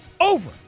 over